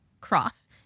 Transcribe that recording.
cross